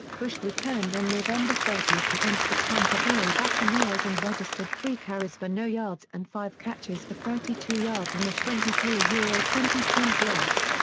bush returned on november thirty against the tampa bay buccaneers and registered three carries for no yards and five catches for thirty two yards in a twenty three yeah twenty saints loss.